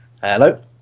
Hello